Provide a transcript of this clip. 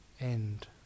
End